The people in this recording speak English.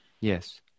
Yes